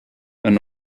and